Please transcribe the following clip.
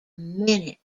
minute